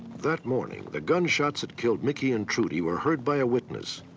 that morning the gunshots that killed mickey and trudy were heard by a witness.